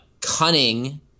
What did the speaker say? cunning